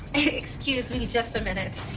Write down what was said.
excuse me just a minute!